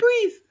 breathe